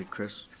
chris?